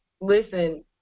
Listen